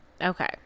Okay